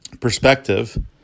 perspective